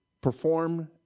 perform